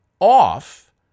off